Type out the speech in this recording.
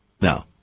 Now